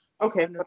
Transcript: okay